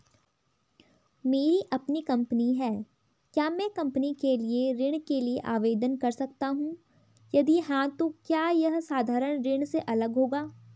मेरी अपनी कंपनी है क्या मैं कंपनी के लिए ऋण के लिए आवेदन कर सकता हूँ यदि हाँ तो क्या यह साधारण ऋण से अलग होगा?